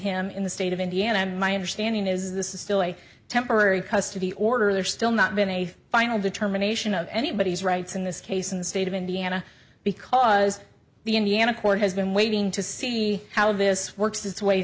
him in the state of indiana and my understanding is this is still a temporary custody order they're still not been a final determination of anybody's rights in this case in the state of indiana because the indiana court has been waiting to see how this works its way